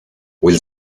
will